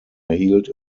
erhielt